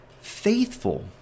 faithful